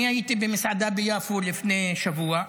הייתי במסעדה ביפו לפני שבוע וראיתי,